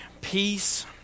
peace